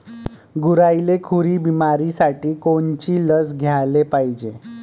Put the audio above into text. गुरांइले खुरी बिमारीसाठी कोनची लस द्याले पायजे?